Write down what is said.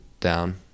down